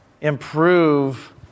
improve